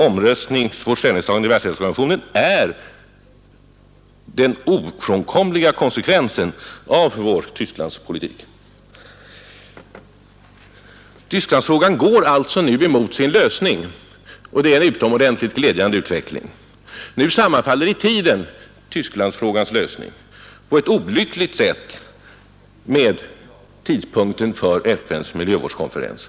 Vårt ställningstagande vid omröstningen i Världshälsoorganisationen är den ofrånkomliga konsekvensen av vår Tysklandspolitik. Tysklandsfrågan går alltså nu mot sin lösning, och det är en utomordentligt glädjande utveckling. Nu sammanfaller i tiden Tysklandsfrågans lösning på ett olyckligt sätt med tidpunkten för FN:s miljövårdskonferens.